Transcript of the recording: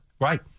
right